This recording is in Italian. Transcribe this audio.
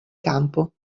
campo